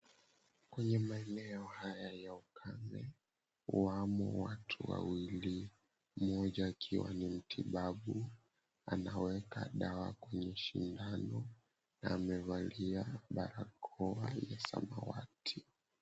Kwenye maeneo haya ya ukame, wamo watu wawili mmoja akiwa ni mtibabu anaweka dawa kwenye shindano na amevalia barakoa ya samawati.